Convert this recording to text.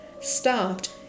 stopped